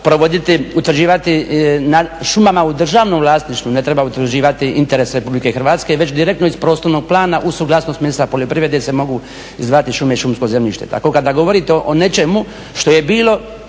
provoditi, utvrđivati nad šumama u državnom vlasništvu, ne treba utvrđivati interese RH već direktno iz prostornog plana uz suglasnost ministra poljoprivrede se mogu zvati šume i šumsko zemljište. Tako kada govorite o nečemu što je bilo,